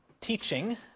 teaching